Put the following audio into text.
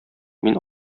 мин